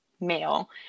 male